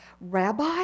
Rabbi